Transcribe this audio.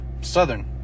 southern